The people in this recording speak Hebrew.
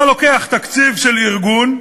אתה לוקח תקציב של ארגון,